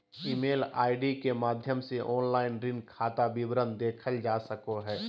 email ID के माध्यम से ऑनलाइन ऋण खाता विवरण देखल जा सको हय